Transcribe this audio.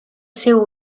seu